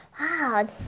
Wow